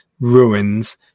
ruins